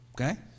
Okay